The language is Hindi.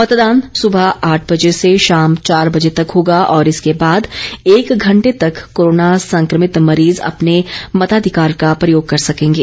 मतदान सुबह आठ बजे से शाम चार बजे तक होगा और इसके बाद एक घंटे तक कोरोना संक्रमित मरीज अपने मताधिकार का प्रयोग कर सकेंगे